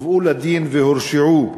הובאו לדין והורשעו.